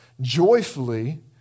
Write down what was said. joyfully